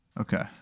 Okay